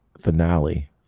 finale